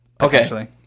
okay